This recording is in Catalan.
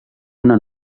una